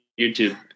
YouTube